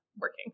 working